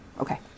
Okay